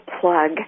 plug